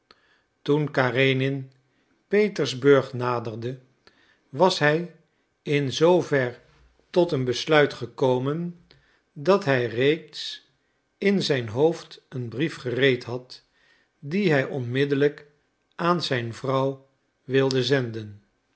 toen karenin petersburg naderde was hij in zoover tot een besluit gekomen dat hij reeds in zijn hoofd een brief gereed had dien hij onmiddellijk aan zijn vrouw wilde zenden